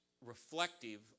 reflective